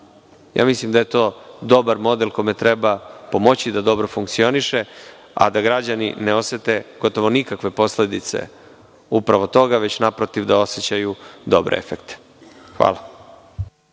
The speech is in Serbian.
Mislim da je to dobar model kome treba pomoći da dobro funkcioniše, a da građani ne osete nikakve posledice toga, već da osećaju dobre efekte.